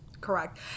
Correct